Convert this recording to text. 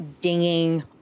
dinging